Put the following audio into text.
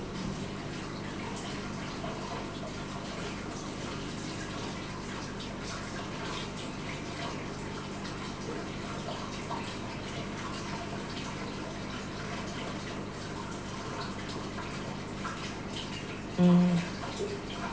mm